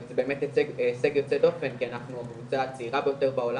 זה באמת הישג יוצא דופן כי אנחנו קבוצה צעירה ביותר בעולם,